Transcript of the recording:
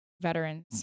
veterans